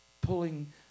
pulling